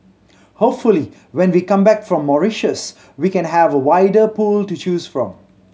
hopefully when we come back from Mauritius we can have a wider pool to choose from